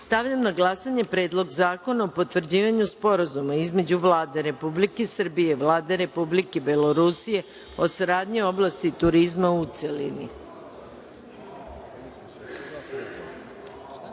zakona. Stavljam na glasanje Predlog zakona o potvrđivanju Sporazuma između Vlade Republike Srbije i Vlade Republike Belorusije o saradnji u oblasti turizma, u